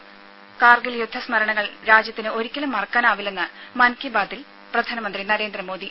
ത കാർഗിൽ യുദ്ധ സ്മരണകൾ രാജ്യത്തിന് ഒരിക്കലും മറക്കാനാവില്ലെന്ന് മൻ കി ബാത്തിൽ പ്രധാനമന്ത്രി നരേന്ദ്രമോദി